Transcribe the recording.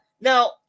now